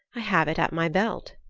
i have it at my belt.